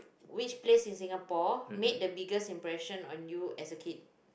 which place in Singapore made the biggest impression on you as a kid